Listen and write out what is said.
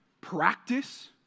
practice